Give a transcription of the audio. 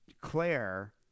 Claire